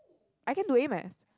I can do A math